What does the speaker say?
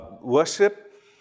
worship